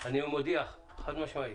אני מודיע חד משמעית: